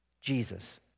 Jesus